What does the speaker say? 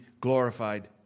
glorified